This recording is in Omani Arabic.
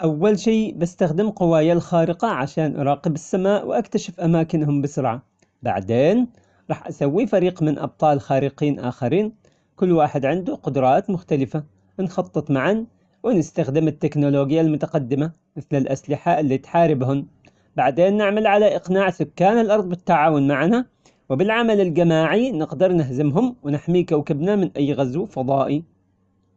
أول شي بستخدم قوايا الخارقة عشان أراقب السماء وأكتشف أماكنهم بسرعة. بعدين راح أسوي فريق من أبطال خارقين أخرين. كل واحد عنده قدرات مختلفة نخطط معا ونستخدم التكنولوجيا المتقدمة مثل الأسلحة اللي تحاربهم. بعدين نعمل على إقناع سكان الأرض بالتعاون معنا. وبالعمل الجماعي نقدر نهزمهم ونحمي كوكبنا من أي فضائي.